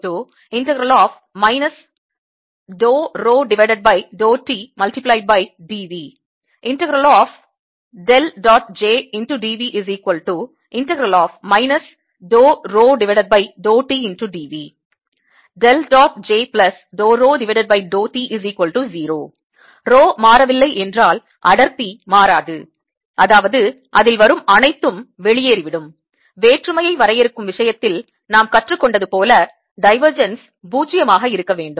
Rho மாறவில்லை என்றால் அடர்த்தி மாறாது அதாவது அதில் வரும் அனைத்தும் வெளியேறிவிடும் வேற்றுமையை வரையறுக்கும் விஷயத்தில் நாம் கற்றுக்கொண்டது போல டைவர்ஜென்ஸ் பூஜ்ஜியமாக இருக்க வேண்டும்